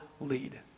lead